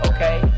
Okay